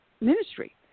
ministry